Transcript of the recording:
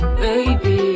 baby